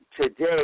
Today